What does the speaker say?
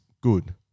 good